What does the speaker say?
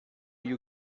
you